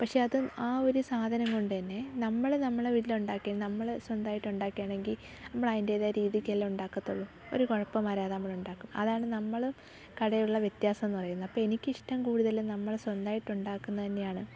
പക്ഷേ അത് ആ ഒരു സാധനം കൊണ്ട് തന്നെ നമ്മൾ നമ്മുടെ വീട്ടിലുണ്ടാക്കിയാൽ നമ്മൾ സ്വന്തമായിട്ട് ഉണ്ടാക്കുകയാണെങ്കിൽ അതിൻ്റെതായ രീതിക്കല്ലേ ഉണ്ടാക്കത്തുള്ളൂ ഒരു കുഴപ്പം വരാതെ നമ്മളുണ്ടാക്കും അതാണ് നമ്മളും കടയിലുള്ള വ്യത്യാസം എന്ന് പറയുന്നത് അപ്പം എനിക്കിഷ്ടം കൂടുതലും നമ്മൾ സ്വന്തമായിട്ട് ഉണ്ടാക്കുന്നത് തന്നെയാണ്